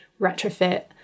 retrofit